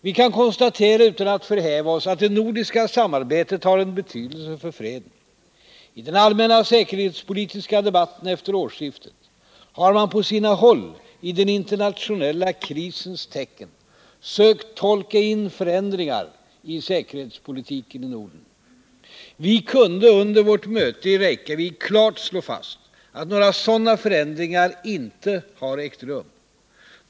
Vi kan konstatera, utan att förhäva oss, att det nordiska samarbetet har en betydelse för freden. I den allmänna säkerhetspolitiska debatten efter årsskiftet har man på sina håll i den internationella krisens tecken sökt tolka in förändringar i säkerhetspolitiken i Norden. Vi kunde under vårt möte i Reykjavik klart slå fast att några sådana förändringar inte har ägt rum.